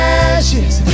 ashes